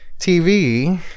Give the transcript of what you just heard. TV